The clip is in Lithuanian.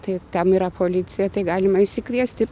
tai tam yra policija tai galima išsikviesti